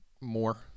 more